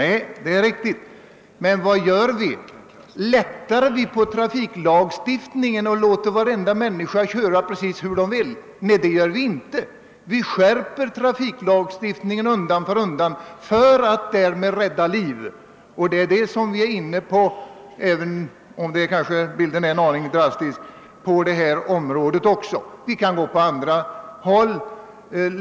Nej, det är riktigt, men vi lättar inte heller på trafiklagstiftningen och låter varenda människa köra precis som hon vill, utan vi skärper trafiklagstiftningen undan för undan för att därmed rädda liv. även om bilden är litet drastisk vill jag säga att vad vi nu gör på detta område är just att lätta på lagstiftningen. Vi kan ta exempel från andra håll.